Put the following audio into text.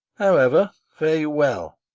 however, fare you well.